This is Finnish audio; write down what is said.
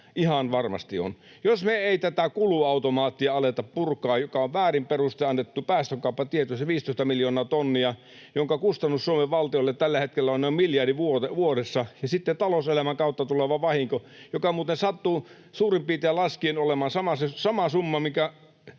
Ihan varmasti on. Jos me ei tätä kuluautomaattia aleta purkaa, joka on väärin perustein annettu päästökauppatieto, se 15 miljoonaa tonnia, jonka kustannus Suomen valtiolle tällä hetkellä on noin miljardi vuodessa... Ja sitten talouselämän kautta tuleva vahinko muuten sattuu suurin piirtein laskien olemaan sama summa, minkä